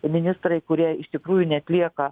ministrai kurie iš tikrųjų neatlieka